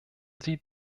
sie